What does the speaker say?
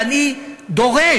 ואני דורש,